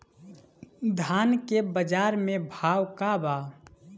धान के बजार में भाव का बा